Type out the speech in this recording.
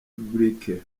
republicains